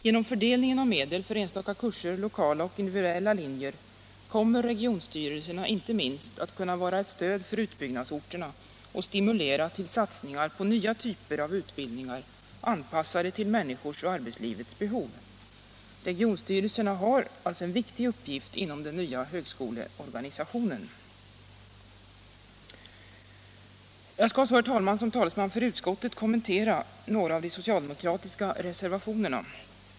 Genom fördelning av medel för enstaka kurser, lokala och individuella linjer, kommer regionsstyrelserna inte minst att kunna vara ett stöd för utbyggnadsorterna och stimulera till satsningar på nya typer av utbildningar, anpassade till människornas och arbetslivets behov. Regionsstyrelserna har alltså en viktig uppgift inom den nya högskoleorganisationen. Jag skall så, herr talman, såsom talesman för utskottet kommentera några av de socialdemokratiska reservationerna.